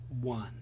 one